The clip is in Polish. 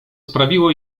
sprawiło